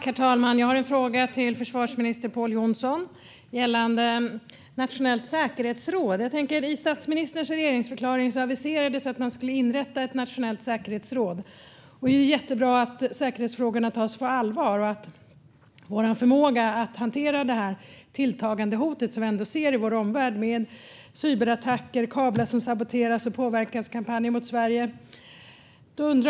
Herr talman! Jag har en fråga till försvarsminister Pål Jonson gällande nationellt säkerhetsråd. I statsministerns regeringsförklaring aviserades att man skulle inrätta ett nationellt säkerhetsråd. Det är jättebra att säkerhetsfrågorna och vår förmåga att hantera det tilltagande hot som vi ändå ser i vår omvärld med cyberattacker, kablar som saboteras och påverkanskampanjer mot Sverige tas på allvar.